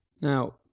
Now